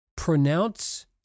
pronounce